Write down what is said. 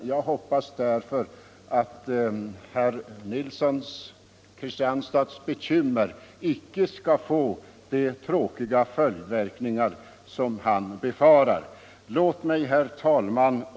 Jag hoppas därför att herr Nilssons bekymmer skall visa sig överdrivna och att reglerna inte skall få de tråkiga följder som han befarar. Herr talman!